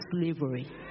slavery